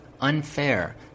Unfair